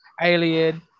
alien